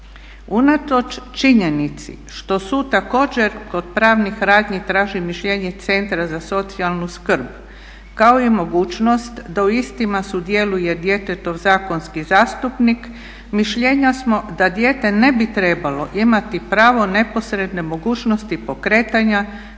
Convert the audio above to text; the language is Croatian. Unatoč činjenice što sud također kod pravnih radnji traži mišljenje Centra za socijalnu skrb kao i mogućnost da u istima sudjeluje djetetov zakonski zastupnik mišljenja smo da dijete ne bi trebalo imati pravo neposredne mogućnosti pokretanja